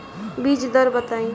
बीज दर बताई?